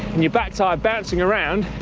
and your back tire bouncing around,